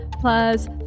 plus